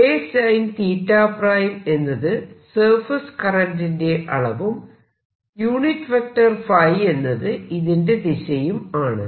K എന്നത് surface കറന്റിന്റെ അളവും ϕ എന്നത് ഇതിന്റെ ദിശയും ആണ്